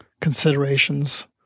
considerations